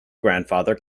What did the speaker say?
grandfather